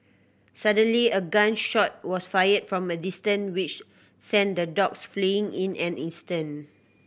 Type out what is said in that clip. suddenly a gun shot was fired from a distance which sent the dogs fleeing in an instant